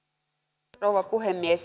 rouva puhemies